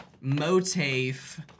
Motif